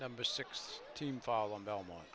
number six team following belmont